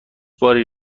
باری